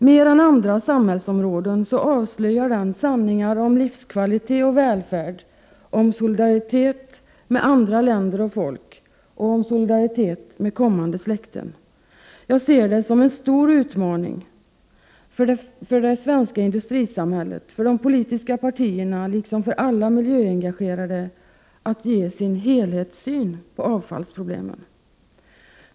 Mer än andra samhällsområden avslöjar den sanningen om livskvalitet och välfärd, om solidaritet med andra länder och folk och om solidaritet med kommande släkten. Jag ser det som en stor utmaning för det svenska industrisamhället, för de politiska partierna och för alla miljöengagerade att ge sin helhetssyn på avfallsproblemen.